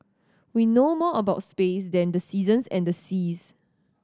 we know more about space than the seasons and the seas